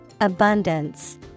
Abundance